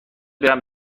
برم